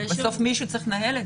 בסוף מישהו צריך לנהל את זה.